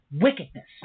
wickedness